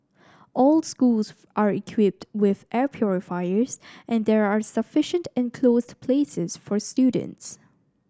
all schools are equipped with air purifiers and there are sufficient enclosed places for students